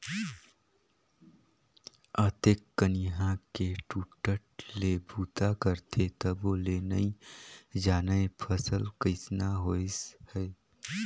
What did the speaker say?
अतेक कनिहा के टूटट ले बूता करथे तभो ले नइ जानय फसल कइसना होइस है